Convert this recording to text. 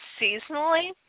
seasonally